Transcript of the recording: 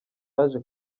yaje